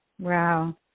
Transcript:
Wow